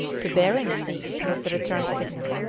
to behring sea, was the return signal,